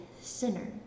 sinner